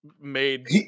made